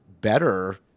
better